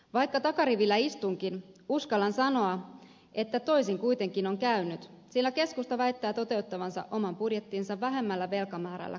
vaikka takarivillä istunkin uskallan sanoa että toisin kuitenkin on käynyt sillä keskusta väittää toteuttavansa oman budjettinsa vähemmällä velkamäärällä kuin hallitus